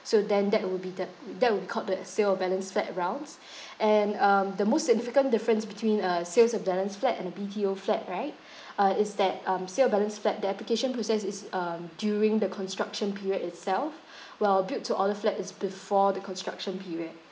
so then that will be the that will be called the sale of balance flat rounds and um the most significant difference between a sales of balance flat and a B_T_O flat right uh is that um sale of balance flat the application process is um during the construction period itself while build to order flat is before the construction period